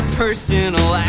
personal